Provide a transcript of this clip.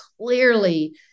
clearly